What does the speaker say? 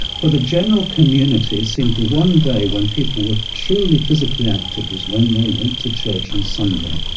for the general community it seems the one day when people were truly physically active was when they went to church on sunday.